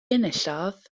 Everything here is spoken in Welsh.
enillodd